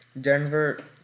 Denver